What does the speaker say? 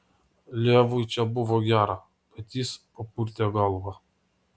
levui čia buvo gera bet jis papurtė galvą